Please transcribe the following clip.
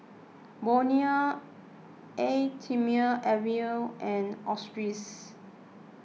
Bonia Eau thermale Avene and Australis